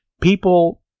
people